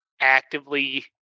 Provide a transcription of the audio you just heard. actively